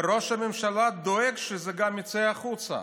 וראש הממשלה דואג שזה גם יצא החוצה.